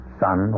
sun